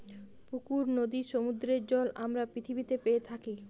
পুকুর, নদীর, সমুদ্রের জল আমরা পৃথিবীতে পেয়ে থাকি